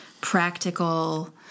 practical